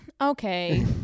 Okay